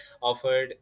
offered